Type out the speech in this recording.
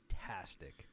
fantastic